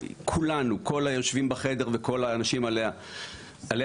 כל היושבים בחדר וכל האנשים עלי אדמות